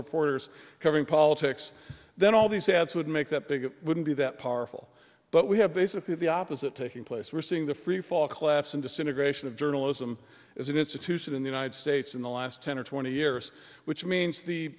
reporters covering politics then all these ads would make that big it wouldn't be that powerful but we have basically the opposite taking place we're seeing the freefall collapse and disintegration of journalism as an institution in the united states in the last ten or twenty years which means the